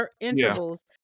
intervals